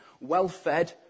well-fed